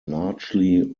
largely